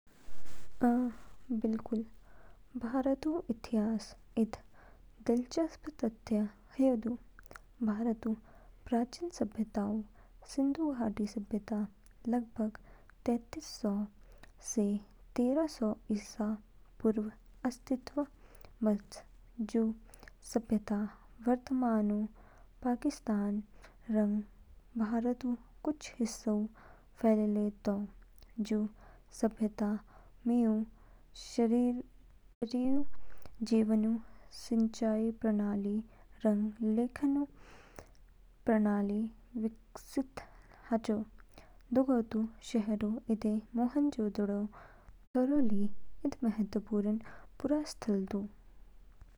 अ, बिल्कुल। भारतऊ इतिहासऊ इद दिलचस्प तथ्य हयू दू। भारतऊ प्राचीन सभ्यताऊ, सिंधु घाटी सभ्यता, लगभग तैतीस सौ से तेरह सौ ईसा पूर्व अस्तित्व बच। जू सभ्यता वर्तमानऊ पाकिस्तान रंग भारतऊ कुछ हिस्सऊ फैलेले तो। जू सभ्यता मीऊ शहरी जीवनऊ, सिंचाई प्रणाली, रंग लेखन प्रणाली विकसित हाचो। दोगतो शहरऊ इद, मोहनजोदड़ो, तरो ली इद महत्वपूर्ण पुरातात्विक स्थल दू।